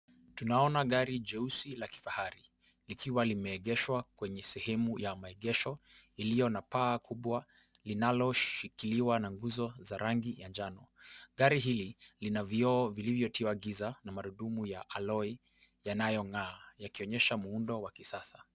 Tunaona gari jeusi la kifahari likiwa limeegeshwa kwenye sehemu ya maegesho iliyo na paa kubwa linaloshikiliwa na nguzo za rangi ya njano. Gari hili lina vioo vilivyotiwa giza na magurudumu ya alloy yanayong'aa yakionyesha muundo wa kisasa.